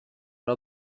راه